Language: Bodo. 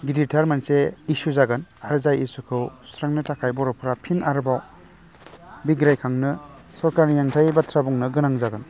गिदिरथार मोनसे इसु जागोन आरो जाय इसुखौ सुस्रांनो थाखाय बर'फ्रा फिन आरोबाव बिग्रायखांनो सरकारनि हेेंथायै बाथ्रा बुंनो गोनां जागोन